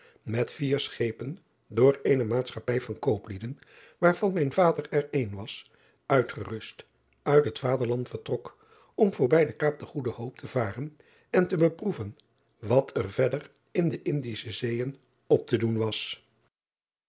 met vier schepen door eene aatschappij van kooplieden waarvan mijn vader er een was uitgerust uit het vaderland vertrok om voorbij de aap de oede oop te varen en te beproeven wat er verder in de ndische eeën op te doen was